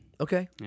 Okay